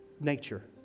nature